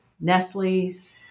Nestle's